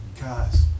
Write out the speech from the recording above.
Guys